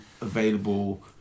available